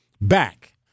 back